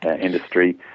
industry